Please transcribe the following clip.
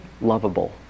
lovable